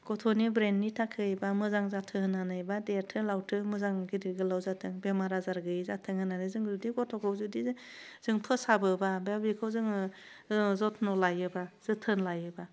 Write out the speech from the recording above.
गथ'नि ब्रेननि थाखै बा मोजां जाथों होन्नानै बा देरथों लावथों मोजां गिदिर गोलाव जाथों बेमार आजार गैयै जाथों होन्नानै जोंबो बिदि गथ'खौ जुदि जों फोसाबोबा बा बे बेखौ जोङो जथ्न लायोबा जोथोन लायोबा